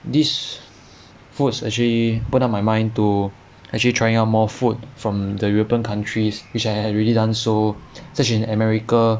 these foods actually put up my mind to actually trying out more food from the european countries which I had already done so such as in america